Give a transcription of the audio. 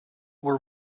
were